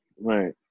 Right